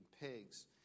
pigs